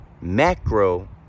macro